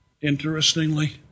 Interestingly